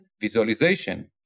visualization